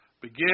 Begin